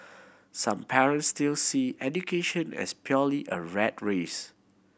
some parent still see education as purely a rat race